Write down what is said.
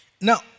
Now